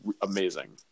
amazing